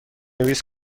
نویس